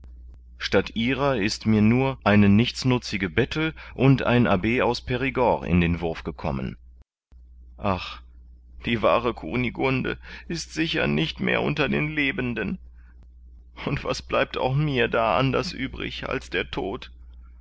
statt ihrer ist mir nur eine nichtsnutzige bettel und ein abb aus perigord in den wurf gekommen ach die wahre kunigunde ist sicher nicht mehr unter den lebenden und was bleibt auch mir da anders übrig als der tod